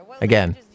Again